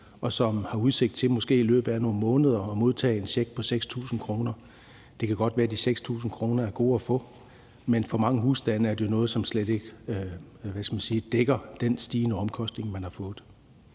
og som måske i løbet af nogle måneder har udsigt til at modtage en check på 6.000 kr., kan det godt være, at de 6.000 kr. er gode at få, men for mange husstande er det jo noget, som slet ikke dækker den stigende omkostning, man er ramt